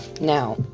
Now